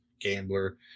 gambler